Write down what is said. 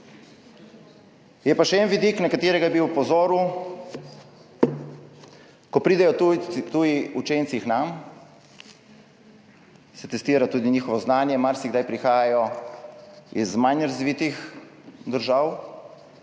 Je pa še en vidik, na katerega bi opozoril. Ko pridejo tuji učenci k nam, se testira tudi njihovo znanje. Marsikdaj prihajajo iz manj razvitih držav,